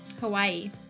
Hawaii